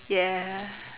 ya